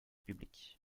publique